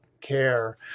care